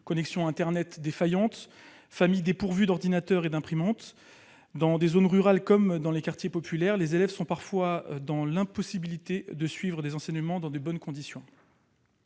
Connexion internet défaillante, familles dépourvues d'ordinateur et d'imprimante : dans les zones rurales comme dans les quartiers populaires, les élèves sont parfois dans l'impossibilité de suivre les enseignements dans de bonnes conditions.